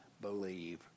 believe